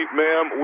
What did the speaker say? ma'am